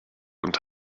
und